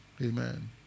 Amen